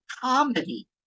comedy